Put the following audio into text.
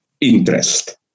interest